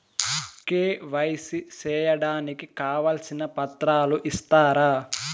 KYC సేయడానికి కావాల్సిన పత్రాలు ఇస్తారా?